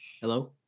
Hello